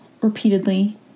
repeatedly